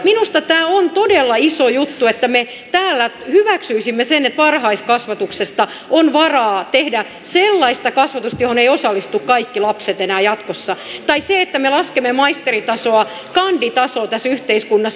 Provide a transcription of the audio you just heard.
minusta tämä on todella iso juttu että me täällä hyväksyisimme sen että varhaiskasvatuksesta on varaa tehdä sellaista kasvatusta johon eivät osallistu kaikki lapset enää jatkossa tai sen että me laskemme maisteritasoa kanditasoon tässä yhteiskunnassa